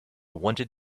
wanted